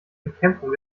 bekämpfung